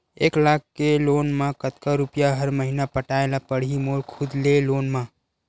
एक लाख के लोन मा कतका रुपिया हर महीना पटाय ला पढ़ही मोर खुद ले लोन मा?